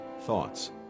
thoughts